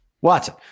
Watson